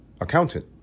accountant